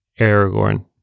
Aragorn